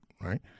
right